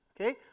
Okay